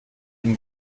ihm